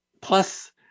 plus